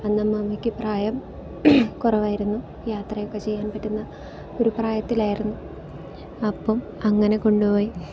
അന്ന് അമ്മമ്മയ്ക്ക് പ്രായം കുറവായിരുന്നു യാത്രയൊക്കെ ചെയ്യാൻ പറ്റുന്ന ഒരു പ്രായത്തിലായിരുന്നു അപ്പം അങ്ങനെ കൊണ്ടുപോയി